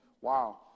wow